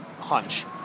hunch